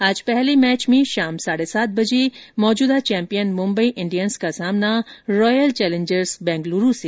आज पहले मैच में शाम साढ़े सात बजे मौजूदा चैम्पियन मुम्बई इंडियंस का सामना रॉयल चैलेंजर्स बैंगलुरू से होगा